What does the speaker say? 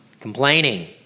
complaining